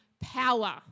power